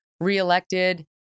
reelected